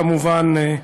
כמובן,